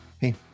Hey